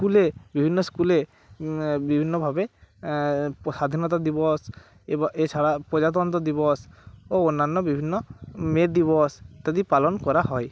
স্কুলে বিভিন্ন স্কুলে বিভিন্নভাবে প স্বাধীনতা দিবস এবা এছাড়া প্রজাতন্ত্র দিবস ও অন্যান্য বিভিন্ন মে দিবস ইত্যাদি পালন করা হয়